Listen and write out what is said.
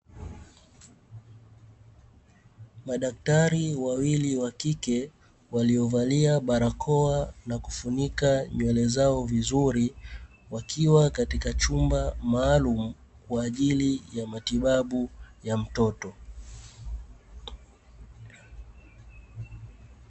Madaktari wawili wakike waliovalia barakoa na kufunika nywele zao vizuri, wakiwa katika chumba maalumu kwa ajili ya matibabu ya mtoto.